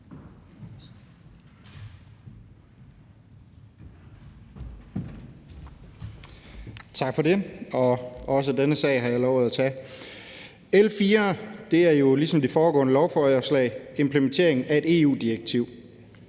Tak for det. Også denne sag har jeg lovet at tage. L 4 er jo ligesom de foregående lovforslag en implementering af EU-lovgivning.